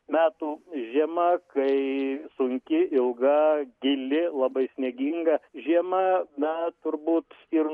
metų žiema kai sunki ilga gili labai snieginga žiema na turbūt ir